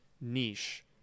niche